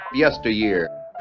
yesteryear